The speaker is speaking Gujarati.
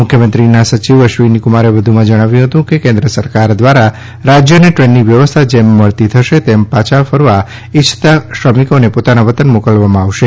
મુખ્યમંત્રીના સચિવ અશ્વિનીકુમારે વધુમાં જણાવ્યું હતું કે કેન્દ્ર સરકાર દ્વારા રાજ્યને ટ્રેનની વ્યવસ્થા જેમ મળતી થશે તેમ પાછા ફરવા ઇચ્છતા શ્રમિકોને પોતાના વતન મોકલવામાં આવશે